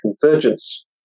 convergence